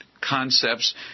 concepts